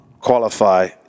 qualify